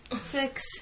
Six